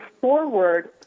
forward